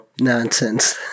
nonsense